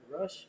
Rush